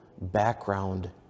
background